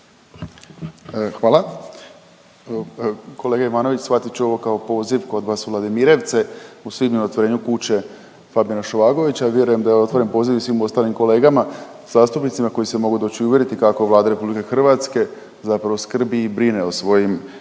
Hvala. Kolega Ivanović svatit ću ovo kao poziv kod vas u Vladimirevce u svibnju otvorenju kuće Fabijana Šovagovića, a vjerujem da je otvoren poziv i svim ostalim kolegama zastupnicima koji se mogu doći uvjeriti kako Vlada RH zapravo skrbi i brine o svojim